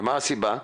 ומה הסיבה?